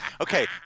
Okay